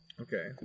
Okay